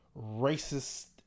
racist